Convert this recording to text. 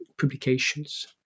publications